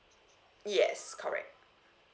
yes correct